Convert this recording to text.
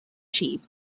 cheap